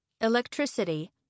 electricity